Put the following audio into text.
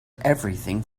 everything